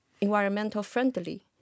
environmental-friendly